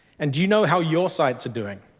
and do you know how your sites are doing?